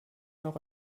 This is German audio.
noch